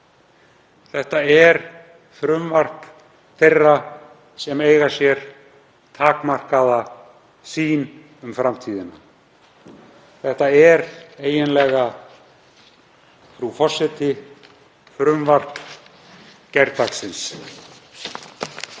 Þetta er frumvarp þeirra sem eiga sér takmarkaða sýn um framtíðina. Þetta er eiginlega, frú forseti, frumvarp gærdagsins.